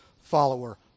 follower